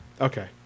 Okay